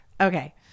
Okay